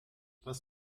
was